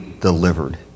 delivered